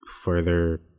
further